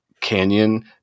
canyon